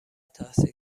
تحصیل